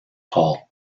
paul